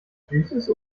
süßes